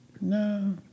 No